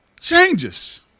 changes